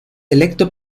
electo